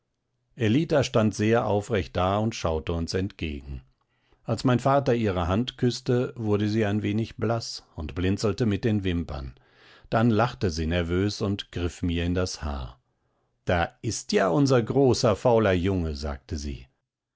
ellita stand sehr aufrecht da und schaute uns entgegen als mein vater ihre hand küßte wurde sie ein wenig blaß und blinzelte mit den wimpern dann lachte sie nervös und griff mir in das haar da ist ja unser großer fauler junge sagte sie